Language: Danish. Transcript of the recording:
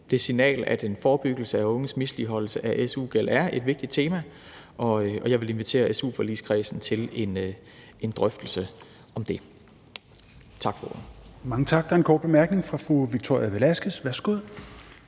det signal, at en forebyggelse af unges misligholdelse af su-gæld er et vigtigt tema, og jeg vil invitere su-forligskredsen til en drøftelse om det. Tak for ordet.